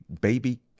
baby